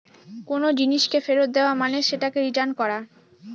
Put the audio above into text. কোনো জিনিসকে ফেরত দেওয়া মানে সেটাকে রিটার্ন করা